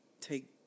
take